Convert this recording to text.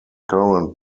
current